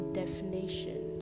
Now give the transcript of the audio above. definition